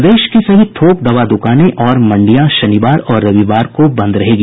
प्रदेश की सभी थोक दवा द्रकानें और मंडियां शनिवार और रविवार को बंद रहेगी